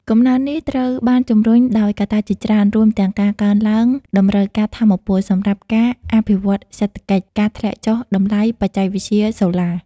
កំណើននេះត្រូវបានជំរុញដោយកត្តាជាច្រើន រួមទាំងការកើនឡើងតម្រូវការថាមពល សម្រាប់ការអភិវឌ្ឍសេដ្ឋកិច្ច ការធ្លាក់ចុះតម្លៃបច្ចេកវិទ្យាសូឡា។